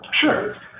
Sure